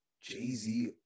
Jay-Z